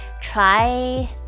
try